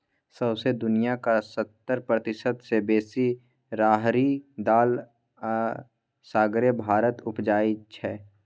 सौंसे दुनियाँक सत्तर प्रतिशत सँ बेसी राहरि दालि असगरे भारत उपजाबै छै